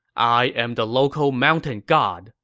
i am the local mountain god.